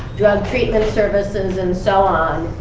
drug treatment services, and so on.